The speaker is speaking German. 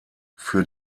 für